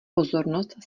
pozornost